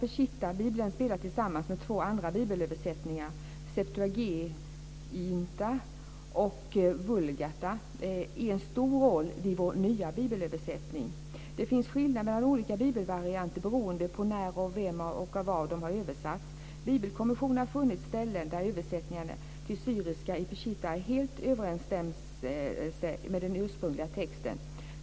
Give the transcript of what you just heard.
Peshittabibeln spelar tillsammans med två andra bibelöversättningar, Septuaginta och Vulgata, en stor roll vid vår nya bibelöversättning. Det finns skillnader mellan olika bibelvarianter beroende på när, av vem och var de har översatts. Bibelkommissionen har funnit ställen där översättningar till syriska i Peshitta inte helt överensstämt med den ursprungliga texten.